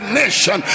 nation